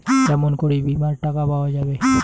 কেমন করি বীমার টাকা পাওয়া যাবে?